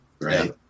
right